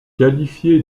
qualifié